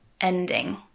ending